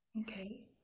Okay